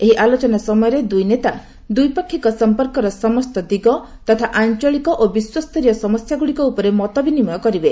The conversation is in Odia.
ଏହି ଆଲୋଚନା ସମୟରେ ଦୁଇ ନେତା ଦ୍ୱିପାକ୍ଷିକ ସମ୍ପକର ସମସ୍ତ ଦିଗ ତଥା ଆଂଚଳିକ ଓ ବିଶ୍ୱସ୍ତରୀୟ ସମସ୍ୟା ଗୁଡ଼ିକ ଉପରେ ମତ ବିନିମୟ କରିବେ